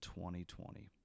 2020